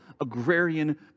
agrarian